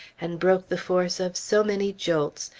and broke the force of so many jolts,